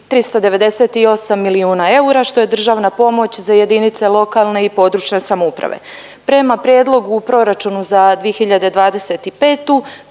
398 milijuna eura što je državna pomoć za jedinice lokalne i područne samouprave. Prema prijedlogu u proračunu za 2025.